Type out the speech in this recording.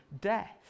death